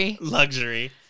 Luxury